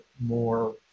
more